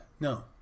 No